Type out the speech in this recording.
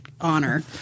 honor